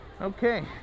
okay